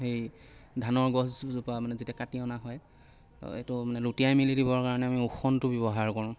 সেই ধানৰ গছজোপা মানে যেতিয়া কাটি অনা হয় এইটো মানে লুটিয়াই মেলি দিবৰ কাৰণে আমি ওখোনটো ব্যৱহাৰ কৰোঁ